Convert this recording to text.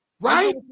Right